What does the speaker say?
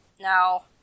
Now